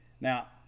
Now